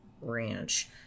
ranch